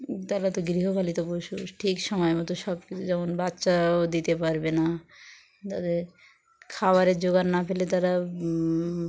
তারা তো গৃহপালিত বসু ঠিক সময় মতো সব কিছু যেমন বাচ্চাও দিতে পারবে না তাদের খাবারের জোগড় না ফেলে তারা